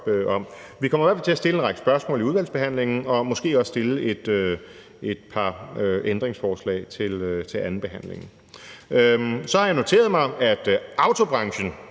om. Vi kommer i hvert fald til at stille en række spørgsmål i udvalgsbehandlingen og måske også stille et par ændringsforslag til andenbehandlingen. Så har jeg noteret mig, at autobranchen